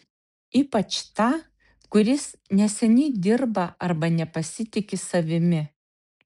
ypač tą kuris neseniai dirba arba nepasitiki savimi